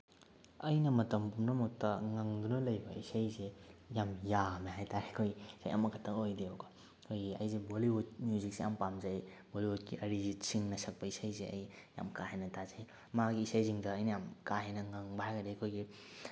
ꯑꯩꯅ ꯃꯇꯝ ꯄꯨꯝꯅꯃꯛꯇ ꯉꯪꯗꯨꯅ ꯂꯩꯕ ꯏꯁꯩꯁꯦ ꯌꯥꯝ ꯌꯥꯝꯃꯦ ꯍꯥꯏꯕ ꯇꯥꯔꯦ ꯑꯩꯈꯣꯏ ꯏꯁꯩ ꯑꯃꯈꯛꯇ ꯑꯣꯏꯗꯦꯕꯀꯣ ꯑꯩꯈꯣꯏꯒꯤ ꯑꯩꯁꯦ ꯕꯣꯂꯤꯋꯨꯠ ꯃ꯭ꯌꯨꯖꯤꯛꯁꯦ ꯌꯥꯝ ꯄꯥꯝꯖꯩ ꯕꯣꯂꯤꯋꯨꯠꯀꯤ ꯑꯔꯤꯖꯤꯠ ꯁꯤꯡꯅ ꯁꯛꯄ ꯏꯁꯩꯁꯦ ꯑꯩ ꯌꯥꯝ ꯀꯥ ꯍꯦꯟꯅ ꯇꯥꯖꯩ ꯃꯥꯒꯤ ꯏꯁꯩꯁꯤꯡꯗ ꯑꯩꯅ ꯌꯥꯝ ꯀꯥ ꯍꯦꯟꯅ ꯉꯪꯕ ꯍꯥꯏꯔꯒꯗꯤ ꯑꯩꯈꯣꯏꯒꯤ